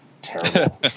Terrible